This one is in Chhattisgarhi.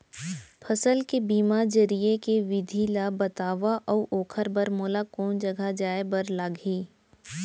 फसल के बीमा जरिए के विधि ला बतावव अऊ ओखर बर मोला कोन जगह जाए बर लागही?